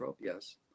yes